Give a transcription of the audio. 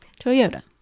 Toyota